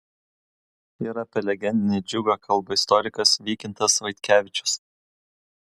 ir apie legendinį džiugą kalba istorikas vykintas vaitkevičius